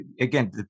Again